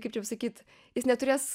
kaip čia pasakyt jis neturės